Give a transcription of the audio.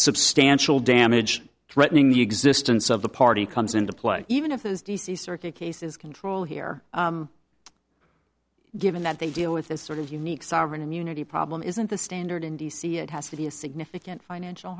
substantial damage threatening the existence of the party comes into play even if the d c circuit cases control here given that they deal with this sort of unique sovereign immunity problem isn't the standard in d c it has to be a significant financial